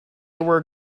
were